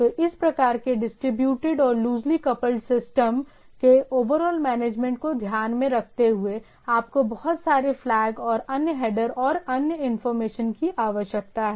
तो इस प्रकार के डिस्ट्रीब्यूटेड और लूजली कपल्ड सिस्टम के ओवरऑल मैनेजमेंट को ध्यान में रखते हुए आपको बहुत सारे फ्लैग और अन्य हेडर और अन्य इंफॉर्मेशन की आवश्यकता है